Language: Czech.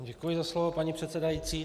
Děkuji za slovo, paní předsedající.